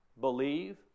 Believe